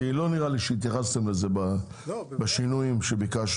כי לא נראה לי שהתייחסתם לזה בשינויים שביקשנו.